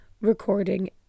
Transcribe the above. recording